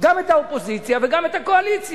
גם את האופוזיציה וגם את הקואליציה?